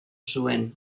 zuen